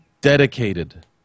dedicated